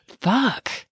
fuck